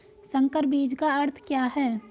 संकर बीज का अर्थ क्या है?